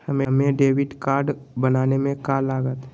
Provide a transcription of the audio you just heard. हमें debit card बनाने में का लागत?